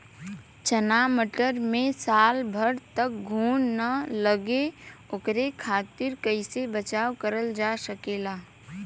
चना मटर मे साल भर तक घून ना लगे ओकरे खातीर कइसे बचाव करल जा सकेला?